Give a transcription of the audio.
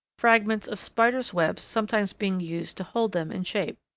fragments of spiders' webs sometimes being used to hold them in shape.